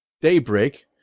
Daybreak